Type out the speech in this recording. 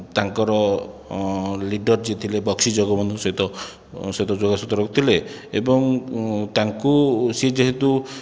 ତାଙ୍କର ଲିଡ଼ର ଯିଏ ଥିଲେ ବକ୍ସି ଜଗବନ୍ଧୁ ସହିତ ସହିତ ଯୋଗସୂତ୍ର ରଖୁଥିଲେ ଏବଂ ତାଙ୍କୁ ସେ ଯେହେତୁ